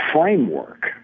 framework